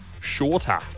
shorter